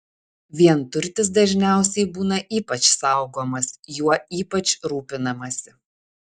vienturtis dažniausiai būna ypač saugomas juo ypač rūpinamasi